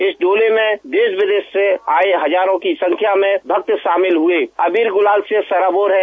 इस डोले में देश विदेश से आये हजारों की संख्या में भक्त शामिल हुये अबीर और गुलाल से सराबोर हैं